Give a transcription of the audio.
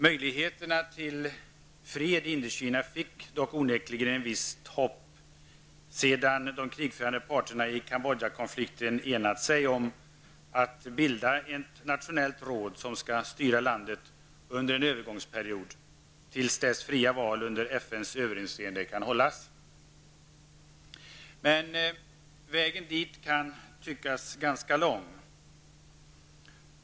Ett visst hopp om möjlighet till fred i Indokina väcktes dock sedan de krigförande parterna i Kambodjakonflikten enat sig om att bilda ett nationellt råd som skall styra landet under en övergångsperiod, till dess fria val under FNs överinseende kan hållas. Men vägen dit kan tyckas ganska lång.